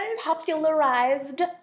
popularized